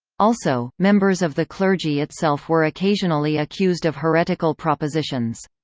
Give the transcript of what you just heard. also, members of the clergy itself were occasionally accused of heretical propositions.